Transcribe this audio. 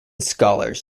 scholars